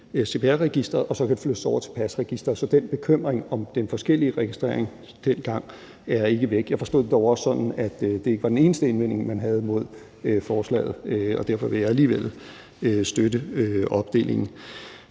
CPR-registeret, og så kan det flyttes over til pasregisteret. Så den bekymring om den forskellige registrering dengang er væk . Jeg forstod det dog også sådan, at det ikke var den eneste indvending, man havde mod forslaget, og derfor vil jeg alligevel støtte opdelingen.